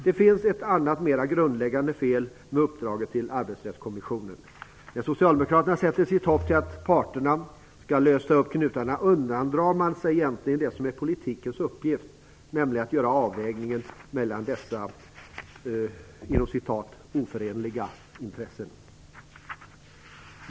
Det finns ett annat, mera grundläggande fel med uppdraget till Arbetsrättskommissionen. När Socialdemokraterna sätter sitt hopp till att parterna skall lösa upp knutarna undandrar man sig egentligen det som är politikens uppgift, nämligen att göra avvägningen mellan dessa "oförenliga" intressen.